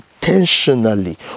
intentionally